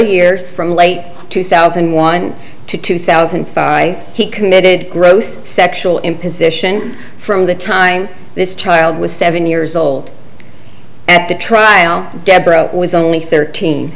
years from late two thousand and one to two thousand he committed gross sexual imposition from the time this child was seven years old at the trial deborah was only thirteen